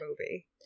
movie